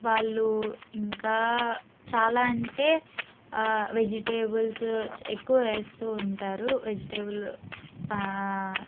వాళ్ళు ఇంకా చాలా అంటే వెజిటేబుల్సు ఎక్కువ వేస్తూ ఉంటారు వెజిటేబుల్ ప